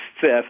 fifth